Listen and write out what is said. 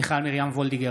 מיכל מרים וולדיגר,